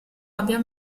abbia